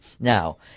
Now